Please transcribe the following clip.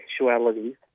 sexualities